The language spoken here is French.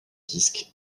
disque